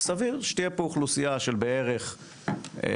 סביר שתהיה פה אוכלוסייה של בערך 100-150